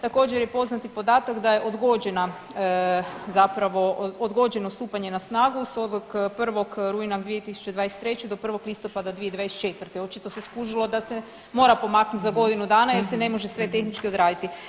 Također je poznat i podatak da je odgođena, zapravo odgođeno stupanje na snagu s ovog 1. rujna 2023. do 1. listopada 2024. očito se skužilo da se mora pomaknuti za godinu dana jer se ne može sve tehnički odraditi.